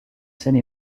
seine